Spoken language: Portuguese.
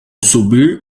subir